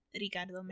Ricardo